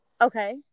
Okay